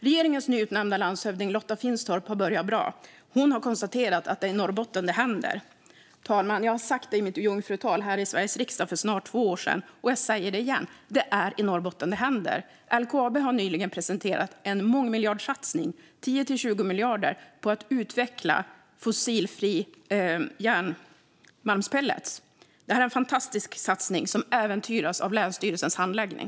Regeringens nyutnämnda landshövding, Lotta Finstorp, har börjat bra. Hon har konstaterat att det är i Norrbotten det händer. Fru talman! Jag sa det i mitt jungfrutal i Sveriges riksdag för snart två år sedan, och jag säger det igen: Det är i Norrbotten det händer. LKAB har nyligen presenterat en mångmiljardsatsning på 10-20 miljarder för att utveckla fossilfria järnmalmspellets. Det är en fantastisk satsning, som äventyras av länsstyrelsens handläggning.